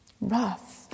rough